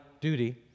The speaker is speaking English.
duty